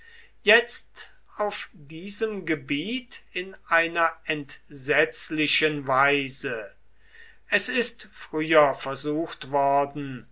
jetzt auf diesem gebiet in einer entsetzlichen weise es ist früher versucht worden